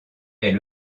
est